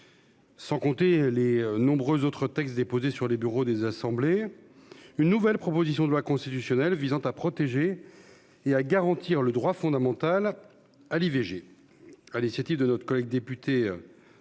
sans compter les nombreux textes déposés sur les bureaux respectifs de nos deux assemblées -, une nouvelle proposition de loi constitutionnelle visant à protéger et à garantir le droit fondamental à